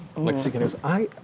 lexi goes, i,